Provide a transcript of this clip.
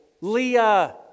Leah